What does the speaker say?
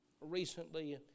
Recently